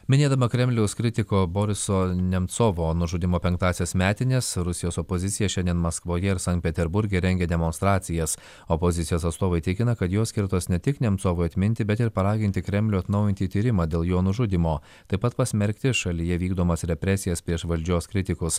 minėdama kremliaus kritiko boriso nemcovo nužudymo penktąsias metines rusijos opozicija šiandien maskvoje ir sankt peterburge rengia demonstracijas opozicijos atstovai tikina kad jos skirtos ne tik nemcovui atminti bet ir paraginti kremlių atnaujinti tyrimą dėl jo nužudymo taip pat pasmerkti šalyje vykdomas represijas prieš valdžios kritikus